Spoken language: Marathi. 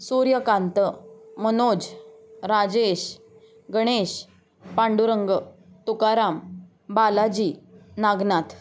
सूर्यकांत मनोज राजेश गणेश पांडुरंग तुकाराम बालाजी नागनाथ